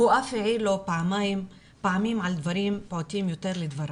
הוא אף העיר לו פעמים על דברים פעוטים יותר לדבריו.